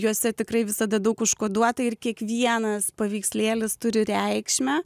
juose tikrai visada daug užkoduota ir kiekvienas paveikslėlis turi reikšmę